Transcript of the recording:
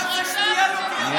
אבל כולם פה.